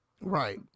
Right